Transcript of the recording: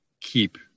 keep